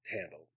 handled